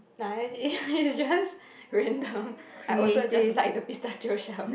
uh it it's just random I also just like the pistachio shell